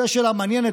זאת שאלה מעניינת.